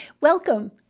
Welcome